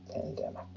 pandemic